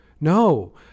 No